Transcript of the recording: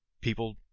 people